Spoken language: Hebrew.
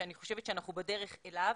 שאני חושבת שאנחנו בדרך אליו.